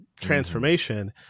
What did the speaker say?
transformation